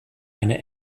eine